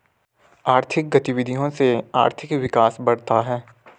आर्थिक गतविधियों से आर्थिक विकास बढ़ता है